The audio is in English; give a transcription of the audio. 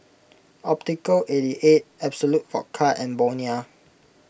Optical eighty eight Absolut Vodka and Bonia